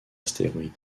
astéroïde